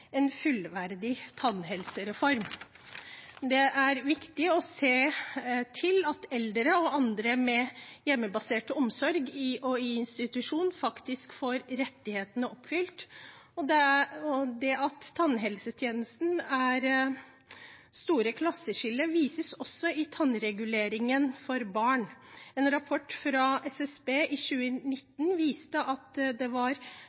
en fullverdig tannhelsereform. Det er viktig å se til at eldre og andre med hjemmebasert omsorg og i institusjon faktisk får rettighetene sine oppfylt. Det at tannhelse er det store klasseskillet, vises også i tannreguleringer for barn. En rapport fra SSB i 2019 viste at det var